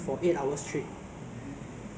will turn dry you know like